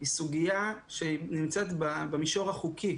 היא סוגיה שנמצאת במישור החוקי.